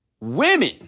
women